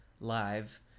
live